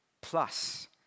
plus